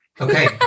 Okay